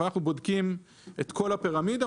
אנחנו בודקים את כל הפירמידה,